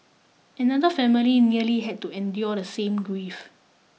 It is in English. another family nearly had to endure the same grief